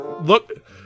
Look